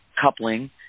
coupling